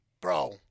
Bro